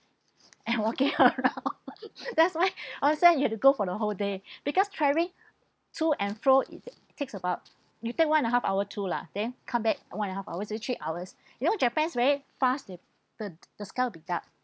and walking around that's why onsen you have to go for the whole day because traveling to and fro it's takes about you take one and a half hour to lah then come back one and a half hours so three hours you know japan very fast there the the sky will be dark